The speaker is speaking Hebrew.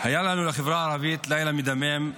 היה לנו, לחברה הערבית, לילה מדמם,